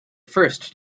first